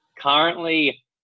currently